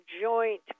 joint